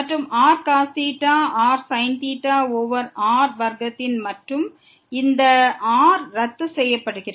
மற்றும் rcosθ rsin over r வர்க்கத்தில் மற்றும் இந்த ஆர் ரத்து செய்யப்படுகிறது